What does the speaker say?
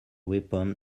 weapon